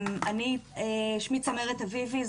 שמי צמרת אביבי,